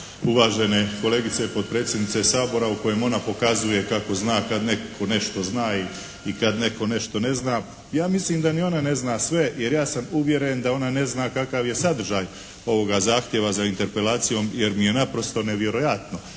uvažene kolegice potpredsjednice Sabora u kojem ona pokazuje kako zna kad netko nešto zna i kad netko nešto ne zna. Ja mislim da ni ona ne zna sve, jer ja sam uvjeren da ona ne zna kakav je sadržaj ovoga zahtjeva za interpelacijom jer mi je naprosto nevjerojatno